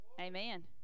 Amen